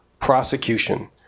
prosecution